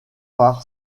par